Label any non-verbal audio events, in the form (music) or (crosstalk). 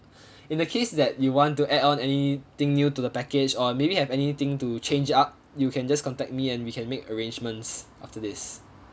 (breath) in the case that you want to add on anything new to the package or maybe have anything to change up you can just contact me and we can make arrangements after this